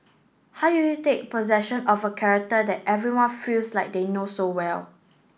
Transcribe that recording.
how you take possession of a character that everyone feels like they know so well